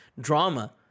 drama